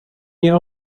nie